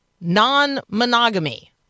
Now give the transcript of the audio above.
non-monogamy